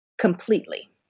completely